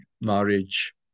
marriage